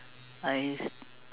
I